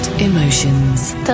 Emotions